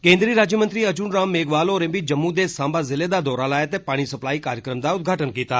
केन्द्री राज्यमंत्री अर्जून राम मेघवाल होरें बी जम्मू दे साम्बा जिले दा दौरा लाया ते पानी सप्लाई कार्यक्रम दा उदघाटन कीता